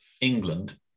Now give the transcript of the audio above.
England